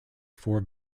four